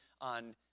on